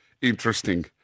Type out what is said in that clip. Interesting